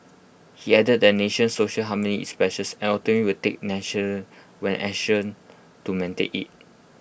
he added that the nation social harmony is precious and authorities will take action when necessary to maintain IT